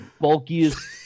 bulkiest